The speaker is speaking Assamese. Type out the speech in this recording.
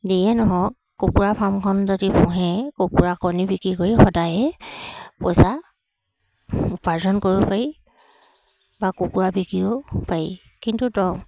যিয়ে নহওক কুকুৰা ফাৰ্মখন যদি পোহে কুকুৰা কণী বিকি কৰি সদায়ে পইচা উপাৰ্জন কৰিব পাৰি বা কুকুৰা বিকিও পাৰি কিন্তু ত